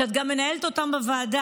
שאת גם מנהלת אותם בוועדה.